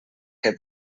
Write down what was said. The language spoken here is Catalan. que